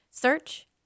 Search